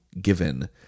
given